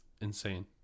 Insane